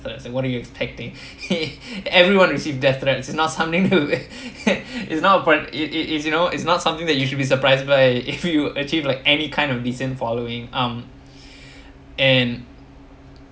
but it's like what do you expecting everyone received death threats it's not something who is now but it it it's you know it's not something that you should be surprised by if you achieve like any kind of decent following um and